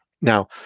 Now